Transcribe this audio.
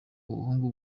ubukungu